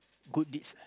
good deeds lah